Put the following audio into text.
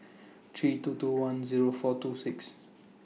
three two two one Zero four two six